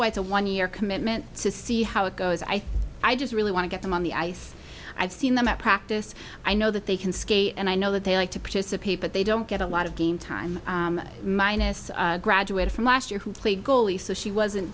why it's a one year commitment to see how it goes i think i just really want to get them on the ice i've seen them at practice i know that they can skate and i know that they like to participate but they don't get a lot of game time minus graduate from last year who played goalie so she wasn't